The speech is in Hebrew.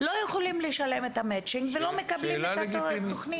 לא יכולות לשלם את ה-Matching ולא מקבלות את התוכנית.